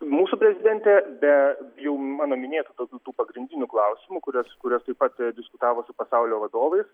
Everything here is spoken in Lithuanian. mūsų prezidentė be jau mano minėtų tokių tų pagrindinių klausimų kuriuos kuriuos taip pat diskutavo su pasaulio vadovais